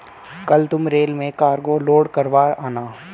कल तुम रेल में कार्गो लोड करवा आना